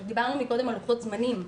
דיברנו קודם על לוחות זמנים,